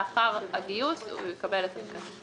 ולאחר הגיוס הוא יקבל את התקנים.